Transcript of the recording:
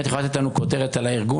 את יכולה לתת לנו כותרת על הארגון,